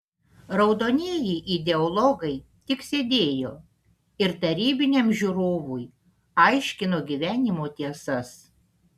raudonieji ideologai tik sėdėjo ir tarybiniam žiūrovui aiškino gyvenimo tiesas